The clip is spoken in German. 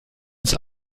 ins